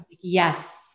yes